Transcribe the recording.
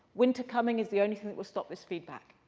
winter coming is the only thing that will stop this feedback.